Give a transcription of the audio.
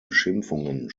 beschimpfungen